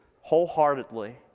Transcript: wholeheartedly